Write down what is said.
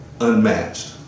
unmatched